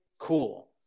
Cool